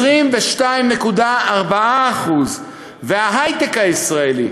ב-22.4%; ההיי-טק הישראלי,